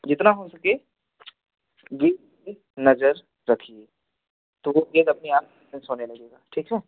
जितना हो सके गेंद पर नज़र रखिए तो वह गेंद अपने आप डिफेंस होने लगेगा ठीक है